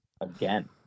again